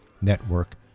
network